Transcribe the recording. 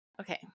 okay